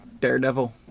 Daredevil